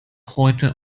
heute